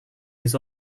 his